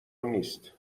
نیست